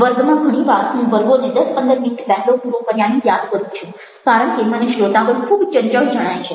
વર્ગમાં ઘણી વાર હું વર્ગોને દસ પંદર મિનિટ વહેલો પૂરો કર્યાનું યાદ કરું છું કારણ કે મને શ્રોતાગણ ખૂબ ચંચળ જણાય છે